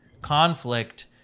conflict